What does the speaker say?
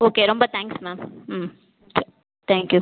okay ரொம்ப thanks ma'am hmm okay thank you